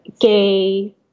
gay